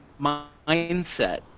mindset